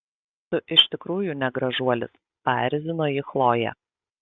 tu iš tikrųjų ne gražuolis paerzino jį chlojė